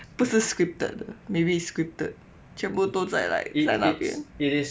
不是 scripted 得 maybe scripted 全部都在 like 在那边